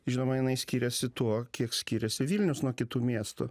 žinoma jinai skiriasi tuo kiek skiriasi vilnius nuo kitų miestų